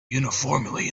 uniformly